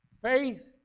Faith